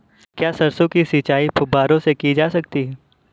क्या सरसों की सिंचाई फुब्बारों से की जा सकती है?